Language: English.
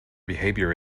behavior